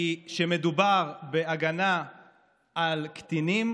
כי כשמדובר בהגנה על קטינים,